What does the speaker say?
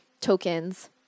tokens